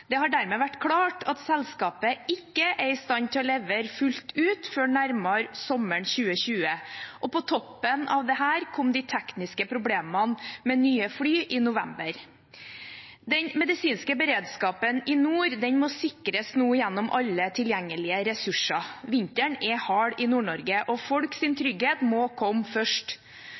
Det har dermed vært klart at selskapet ikke er i stand til å levere fullt ut før nærmere sommeren 2020. På toppen av dette kom de tekniske problemene med nye fly i november. Den medisinske beredskapen i nord må nå sikres gjennom alle tilgjengelige ressurser. Vinteren er hard i Nord-Norge, og folks trygghet må komme først.